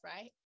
right